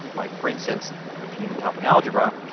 like for instance if you need help in algebra